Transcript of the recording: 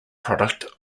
product